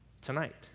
tonight